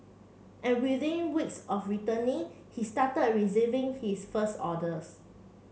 and within weeks of returning he started receiving his first orders